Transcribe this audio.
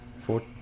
Four